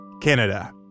Canada